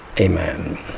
Amen